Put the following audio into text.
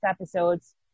episodes